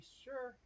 sure